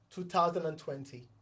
2020